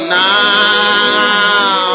now